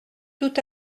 tout